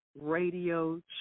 Radio